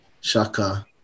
Shaka